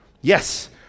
yes